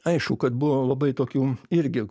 aišku kad buvo labai tokių irgi